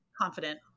confident